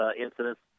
incidents